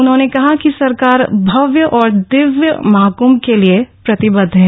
उन्होंने कहा कि सरकार भव्य और दिव्य महाकृंभ के लिए प्रतिबद्ध है